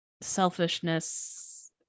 selfishness